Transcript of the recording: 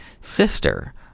sister